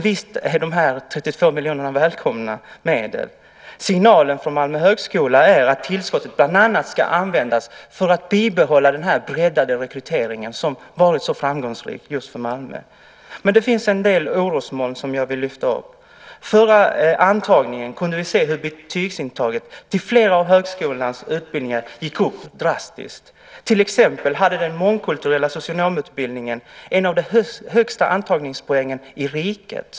Visst är de 32 miljonerna välkomna medel. Signalen från Malmö högskola är att tillskottet bland annat ska användas för att bibehålla den breddade rekrytering som varit så framgångsrik just för Malmö. Men det finns en del orosmoln som jag vill lyfta upp. Vid förra antagningen kunde vi se hur nivån för betygsintaget till flera av högskolans utbildningar gick upp drastiskt. Till exempel hade den mångkulturella socionomutbildningen en av de högsta antagningspoängen i riket.